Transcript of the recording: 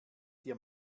dir